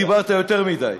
דיברת יותר מדי,